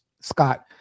scott